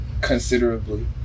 considerably